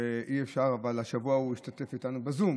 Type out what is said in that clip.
אבל בכל אופן השבוע הוא השתתף איתנו בזום